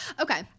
okay